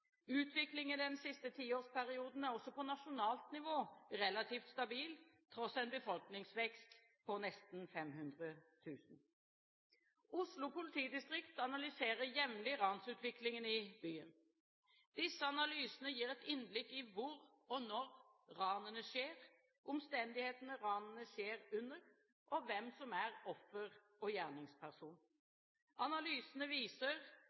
den siste tiårsperioden er også på nasjonalt nivå relativt stabil, tross en befolkningsvekst på nesten 500 000. Oslo politidistrikt analyserer jevnlig ransutviklingen i byen. Disse analysene gir et innblikk i hvor og når ranene skjer, omstendighetene ranene skjer under, og hvem som er offer og gjerningsperson. Analysene viser